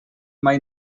mai